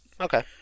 Okay